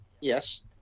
Yes